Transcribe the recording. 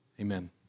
Amen